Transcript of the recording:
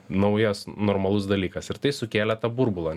naujas normalus dalykas ir tai sukėlė tą burbulą